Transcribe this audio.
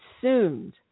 consumed